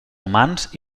humans